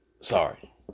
Sorry